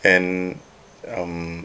and um